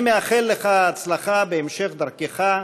אני מאחל לך הצלחה בהמשך דרכך,